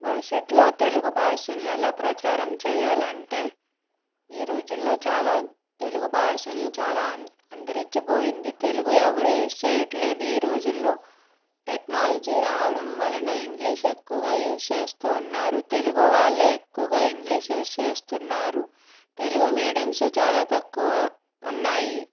భవిష్యత్తులో తెలుగు భాషని ఎలా ప్రచారం చెయ్యాలంటే ఈ రోజుల్లో చాలా తెలుగు భాషని చాలా అంత అంతరించిపోయింది తెలుగు ఎవరు యూజ్ చేయటం లేదు ఈ రోజుల్లో టెక్నాలజీ రావడం వలన ఇంగ్లీష్ ఎక్కువగా యూజ్ చేస్తూ ఉన్నారు తెలుగు వాళ్ళే ఎక్కువగా ఇంగ్లీష్ యూజ్ చేస్తున్నారు తెలుగు మీడియమ్స్ చాలా తక్కువ ఉన్నాయి